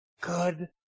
Good